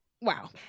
wow